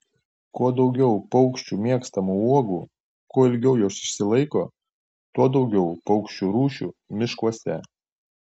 kuo daugiau paukščių mėgstamų uogų kuo ilgiau jos išsilaiko tuo daugiau paukščių rūšių miškuose